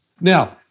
Now